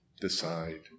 decide